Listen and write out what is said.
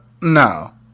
no